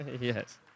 Yes